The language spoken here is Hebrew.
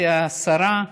השרה,